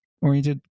oriented